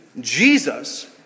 Jesus